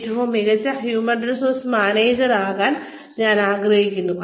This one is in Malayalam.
ഏറ്റവും മികച്ച ഹ്യൂമൻ റിസോഴ്സ് മാനേജർ ആകാൻ ഞാൻ ആഗ്രഹിക്കുന്നു